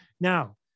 Now